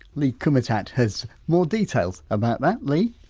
lee kumutat has more details about that, lee!